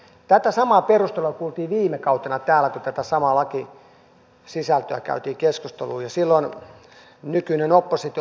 tätä samaa perustelua kuultiin viime kaudella täällä kun tästä samasta lakisisällöstä käytiin keskustelua ja silloin nykyinen oppositio oli hallituksessa